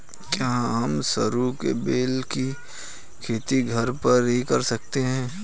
क्या हम सरू के बेल की खेती घर पर ही कर सकते हैं?